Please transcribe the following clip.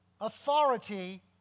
authority